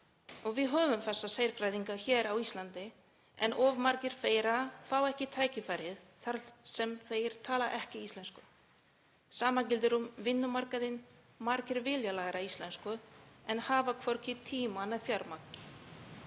Við höfum þessa sérfræðinga hér á Íslandi en of margir þeirra fá ekki tækifæri þar sem þeir tala ekki íslensku. Sama gildir um vinnumarkaðinn; margir vilja læra íslensku en hafa hvorki tíma né fjármagn.